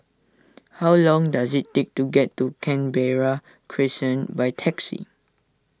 how long does it take to get to Canberra Crescent by taxi